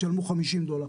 תשלמו 50 דולר,